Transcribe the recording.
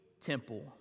temple